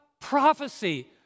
prophecy